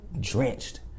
drenched